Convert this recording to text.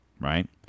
Right